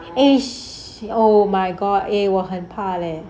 eh shit oh my god eh 我很怕 leh